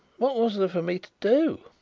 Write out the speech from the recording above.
what was there for me to do?